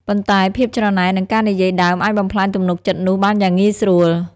ប៉ុន្តែភាពច្រណែន និងការនិយាយដើមអាចបំផ្លាញទំនុកចិត្តនោះបានយ៉ាងងាយស្រួល។